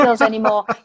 anymore